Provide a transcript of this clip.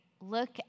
look